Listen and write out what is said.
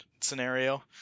scenario